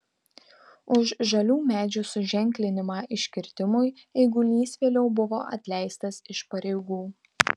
už žalių medžių suženklinimą iškirtimui eigulys vėliau buvo atleistas iš pareigų